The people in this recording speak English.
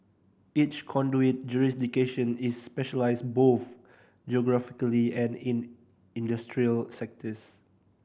each conduit jurisdiction is specialised both geographically and in industrial sectors